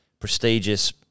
prestigious